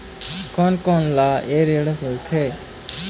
कोन कोन ला ये ऋण मिलथे?